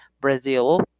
Brazil